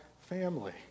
family